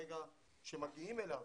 ברגע שמגיעים אליו